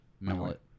Mallet